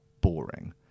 boring